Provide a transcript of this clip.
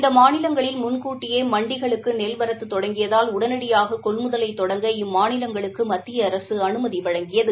இந்த மாநிலங்களில் முன்கூட்டியே மண்டிகளுக்கு நெல் வரத்து தொடங்கியதால் உடனடியாக கொள்முதலை தொடங்க இம்மாநிலங்களுக்கு மத்திய அரசு அனுமதி வழங்கியது